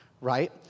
right